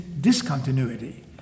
discontinuity